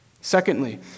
Secondly